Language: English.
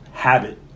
Habit